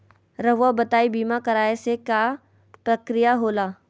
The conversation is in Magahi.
रहुआ बताइं बीमा कराए के क्या प्रक्रिया होला?